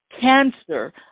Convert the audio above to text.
cancer